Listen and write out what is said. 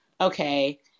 okay